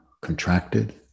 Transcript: contracted